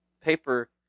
paper